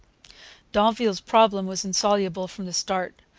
d'anville's problem was insoluble from the start,